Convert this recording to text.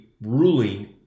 ruling